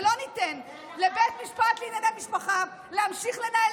ולא ניתן לבית משפט לענייני משפחה להמשיך לנהל